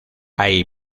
hay